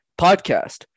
podcast